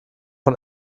von